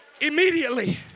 Immediately